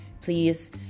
please